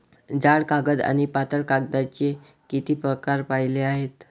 जाड कागद आणि पातळ कागदाचे किती प्रकार पाहिले आहेत?